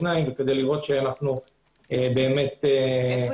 ולראות שאנחנו באמת- - איפה